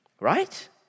Right